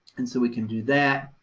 and so we can do that.